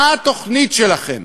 מה התוכנית שלכם?